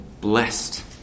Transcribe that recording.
blessed